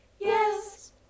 yes